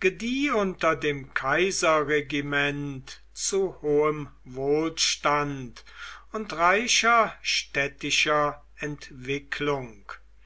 gedieh unter dem kaiserregiment zu hohem wohlstand und reicher städtischer entwicklung